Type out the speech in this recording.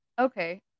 okay